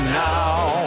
now